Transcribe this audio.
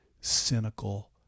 cynical